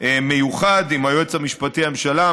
מיוחד עם היועץ המשפטי לממשלה,